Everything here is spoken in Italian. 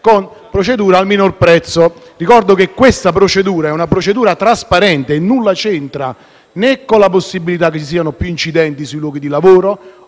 con procedura al minor prezzo. Ricordo che questa è una procedura trasparente e nulla c'entra con la possibilità né che vi siano più incidenti sui luoghi di lavoro,